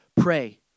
pray